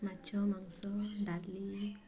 ମାଛ ମାଂସ ଡାଲି